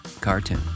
cartoon